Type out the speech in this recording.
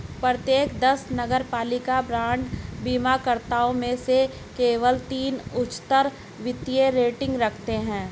प्रत्येक दस नगरपालिका बांड बीमाकर्ताओं में से केवल तीन उच्चतर वित्तीय रेटिंग रखते हैं